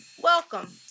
welcome